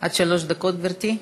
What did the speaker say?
עד שלוש דקות, גברתי.